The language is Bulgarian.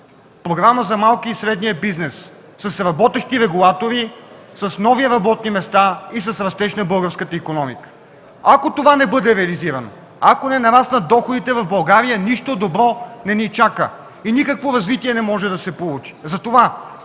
програма за малкия и средния бизнес, с работещи регулатори, с нови работни места и с растеж на българската икономика. Ако това не бъде реализирано, ако не нараснат доходите в България, нищо добро не ни чака – никакво развитие не може да се получи!